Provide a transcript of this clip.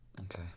Okay